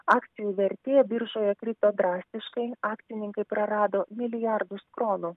akcijų vertė biržoje krito drastiškai akcininkai prarado milijardus kronų